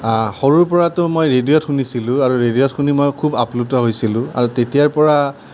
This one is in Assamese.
সৰুৰ পৰাটো মই ৰেডিঅ'ত শুনিছিলোঁ আৰু ৰেডিঅ'ত শুনি মই খুব আপ্লুত হৈছিলোঁ আৰু তেতিয়াৰ পৰা